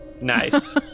Nice